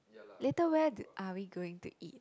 later where are we going to eat